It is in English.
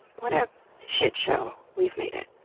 what a shitshow we've made it.